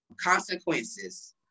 consequences